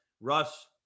Russ